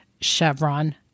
Chevron